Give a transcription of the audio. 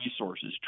resources